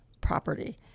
property